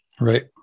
right